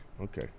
Okay